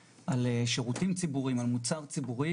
השירותים הציבוריים ולמעשה המגזר הציבורי